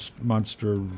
monster